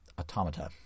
Automata